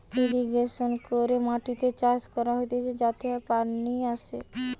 irrigation করে মাটিতে চাষ করা হতিছে যাতে পানি আসে